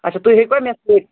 اچھا تُہۍ ہیٚکوا مےٚ سۭتۍ